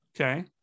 okay